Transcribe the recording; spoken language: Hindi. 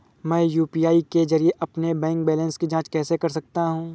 मैं यू.पी.आई के जरिए अपने बैंक बैलेंस की जाँच कैसे कर सकता हूँ?